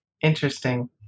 Interesting